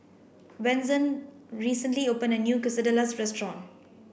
Wenzel recently opened a new Quesadillas restaurant